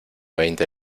veinte